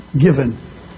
given